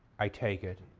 i take it,